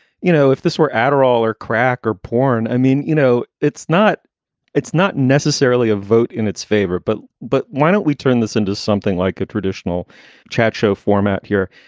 you know, if this were adderall or crack or porn. i mean, you know, it's not it's not necessarily a vote in its favor but but why don't we turn this into something like a traditional chat show format here?